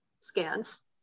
scans